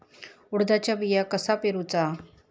उडदाचा बिया कसा पेरूचा?